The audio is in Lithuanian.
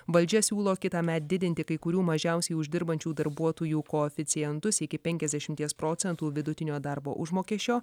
valdžia siūlo kitąmet didinti kai kurių mažiausiai uždirbančių darbuotojų koeficientus iki penkiasdešimies procentų vidutinio darbo užmokesčio